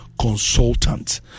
consultant